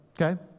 okay